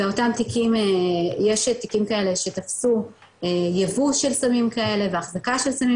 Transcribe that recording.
באותם תיקים יש תיקים כאלה שתפסו יבוא של סמים כאלה ואחזקה של סמים